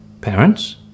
parents